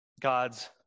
God's